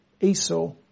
Esau